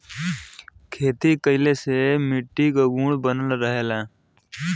खेती कइले से मट्टी के गुण बनल रहला